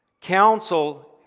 Council